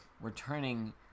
returning